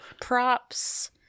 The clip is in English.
props